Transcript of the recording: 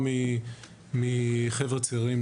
לא עבירה מינהלית.